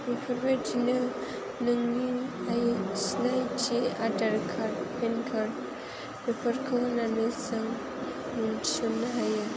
बेफोरबायदिनो नोंनि सिनायथि आधार कार्ड पेन कार्ड बेफोरखौ होनानै जों मुं थिसननो हायो